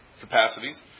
capacities